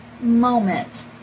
moment